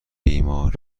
بیمار